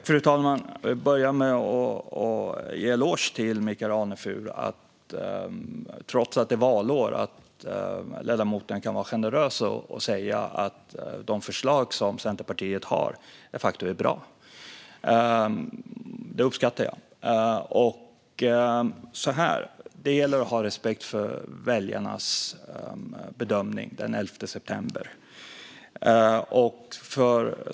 Fru talman! Jag vill börja med att ge en eloge till Michael Anefur. Trots att det är valår kan ledamoten vara generös och säga att Centerpartiets förslag de facto är bra. Det uppskattar jag. Det gäller att ha respekt för väljarnas bedömning den 11 september.